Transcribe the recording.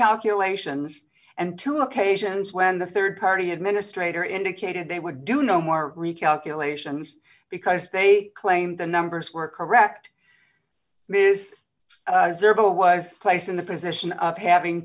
calculations and two occasions when the rd party administrator indicated they would do no more recalculations because they claimed the numbers were correct this was placed in the position of having